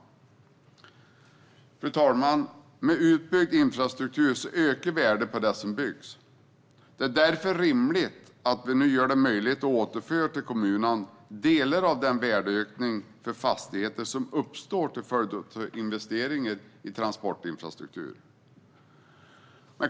Fru talman! Med utbyggd infrastruktur ökar värdet på det som byggs. Det är därför rimligt att vi nu gör det möjligt att återföra till kommunerna delar av den värdeökning för fastigheter som uppstår till följd av investeringar i transportinfrastruktur.